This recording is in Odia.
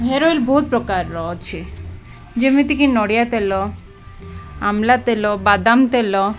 ହେୟାର୍ ଅଏଲ୍ ବହୁତ ପ୍ରକାରର ଅଛି ଯେମିତିକି ନଡ଼ିଆ ତେଲ ଆମ୍ଲା ତେଲ ବାଦାମ ତେଲ